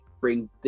bring